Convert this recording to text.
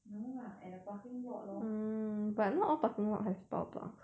no lah at the parking lot lor